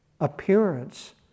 appearance